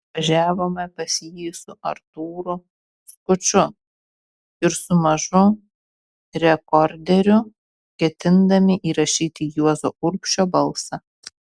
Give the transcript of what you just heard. važiavome pas jį su artūru skuču ir su mažu rekorderiu ketindami įrašyti juozo urbšio balsą